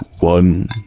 one